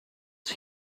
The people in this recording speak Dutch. zie